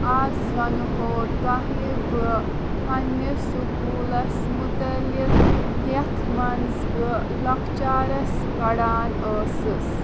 آز وَنہو تۄہہِ بہٕ پَنٕنِس سکوٗلَس مُتعلِق یَتھ منٛز بہٕ لۄکچارَس پَران ٲسٕس